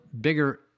bigger